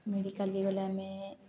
ମେଡ଼ିକାଲ୍ରେ ଗଲେ ଆମେ